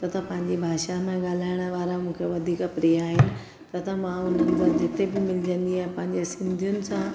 तथा पंहिंजी भाषा में ॻाल्हाइणु वारा मूंखे वधीक प्रिय आहिनि तथा मां हुननि सां जिते बि मिलंदी आहियां पंहिंजे सिंधियुनि सां